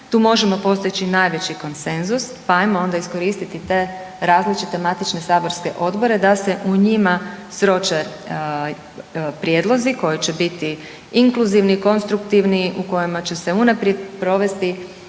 tu možemo postići najveći konsenzus, pa ajmo onda iskoristiti te različite matične saborske odbore da se u njima sroče prijedlozi koji će biti inkluzivni, konstruktivni, u kojima će se unaprijed provesti